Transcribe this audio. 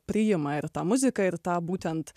priima ir tą muziką ir tą būtent